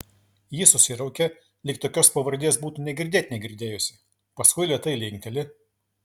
ji susiraukia lyg tokios pavardės būtų nė girdėt negirdėjusi paskui lėtai linkteli